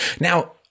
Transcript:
Now